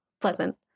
pleasant